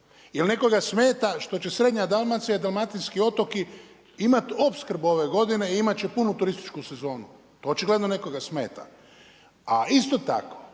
jer nekoga smeta što će srednja Dalmacija i dalmatinski otoci imati opskrbu ove godine i imat će punu turističku sezonu. To očigledno nekoga smeta. A isto tako,